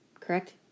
correct